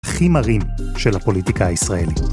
הכי מרים של הפוליטיקה הישראלית.